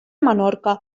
menorca